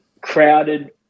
crowded